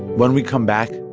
when we come back,